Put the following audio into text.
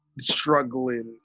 struggling